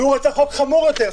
והוא רצה חוק חמור יותר.